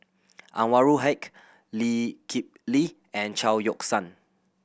Anwarul Haque Lee Kip Lee and Chao Yoke San